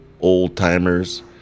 old-timers